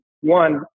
One